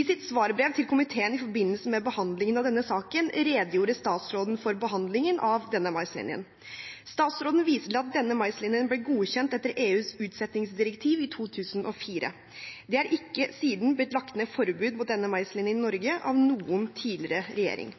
I sitt svarbrev til komiteen i forbindelse med behandlingen av denne saken redegjorde statsråden for behandlingen av denne maislinjen. Statsråden viser til at denne maislinjen ble godkjent etter EUs utsettingsdirektiv i 2004. Det er ikke siden blitt lagt ned forbud mot denne maislinjen i Norge av noen tidligere regjering.